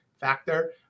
factor